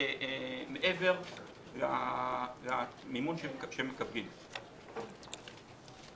מעבר למימון שהן מקבלות,